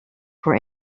for